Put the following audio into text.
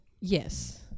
Yes